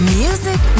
music